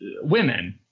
women